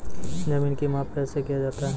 जमीन की माप कैसे किया जाता हैं?